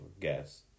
gas